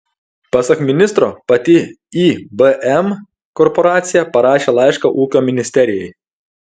pasak ministro pati ibm korporacija parašė laišką ūkio ministerijai